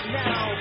now